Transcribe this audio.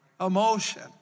emotion